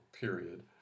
period